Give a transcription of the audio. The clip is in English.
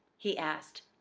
he asked.